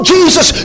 Jesus